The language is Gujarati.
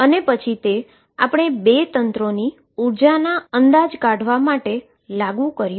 અને પછી તે આપણે બે તંત્રોની એનર્જી ના અંદાજ કાઢવા માટે લાગુ કર્યું